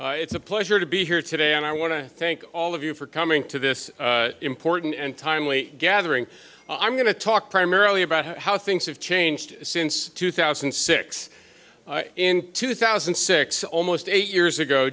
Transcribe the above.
it's a pleasure to be here today and i want to thank all of you for coming to this important and timely gathering i'm going to talk primarily about how things have changed since two thousand and six in two thousand and six almost eight years ago